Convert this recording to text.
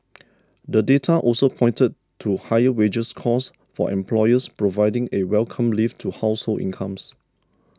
the data also pointed to higher wages costs for employers providing a welcome lift to household incomes